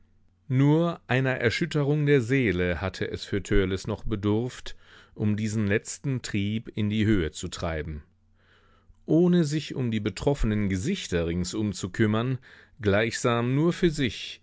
nur einer erschütterung der seele hatte es für törleß noch bedurft um diesen letzten trieb in die höhe zu treiben ohne sich um die betroffenen gesichter ringsum zu kümmern gleichsam nur für sich